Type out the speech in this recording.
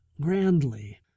grandly